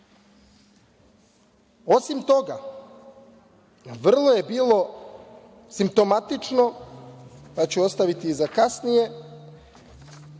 toga, vrlo je bilo simptomatično, to ću ostaviti za kasnije,